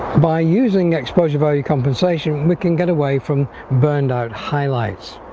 by using exposure value compensation we can get away from burned-out highlights